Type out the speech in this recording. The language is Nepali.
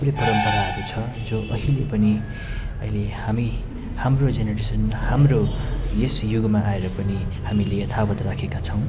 यो परम्पराहरू छ जो अहिले पनि अहिले हामी हाम्रो जेनेरेसन र हाम्रो यस युगमा आएर पनि हामीले यथावत राखेका छौँ